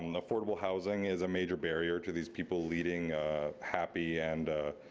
and affordable housing is a major barrier to these people leading happy and,